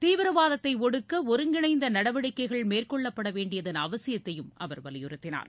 தீவிரவாதத்தை ஒடுக்க ஒருங்கிணைந்த நடவடிக்கைகள் மேற்கொள்ளப்பட வேண்டியதன் அவசியத்தையும் அவர் வலியுறுத்தினார்